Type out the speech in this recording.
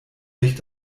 sich